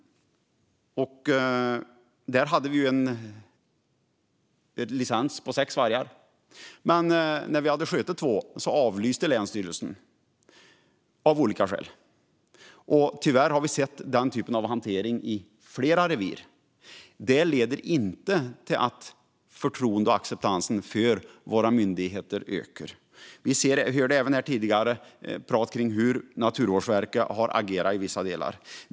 Där hade vi en licens på sex vargar. Men när vi hade skjutit två avlyste länsstyrelsen av olika skäl. Tyvärr har vi sett den typen av hantering i flera revir. Det leder inte till att förtroendet och acceptansen för våra myndigheter ökar. Vi hörde här tidigare talas om hur Naturvårdsverket har agerat i vissa delar.